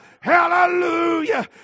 hallelujah